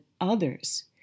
others